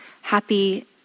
happy